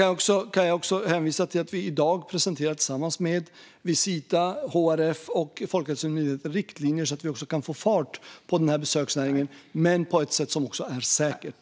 Jag kan också hänvisa till att vi i dag tillsammans med Visita, HRF och Folkhälsomyndigheten har presenterat riktlinjer så att vi kan få fart på besöksnäringen, men på ett sätt som också är säkert.